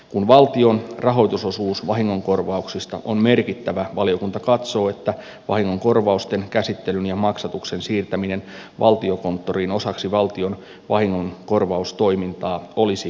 kun valtion rahoitusosuus vahingonkorvauksista on merkittävä valiokunta katsoo että vahingonkorvausten käsittelyn ja maksatuksen siirtäminen valtiokonttoriin osaksi valtion vahingonkorvaustoimintaa olisi perusteltua